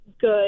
good